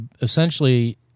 essentially